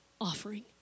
offering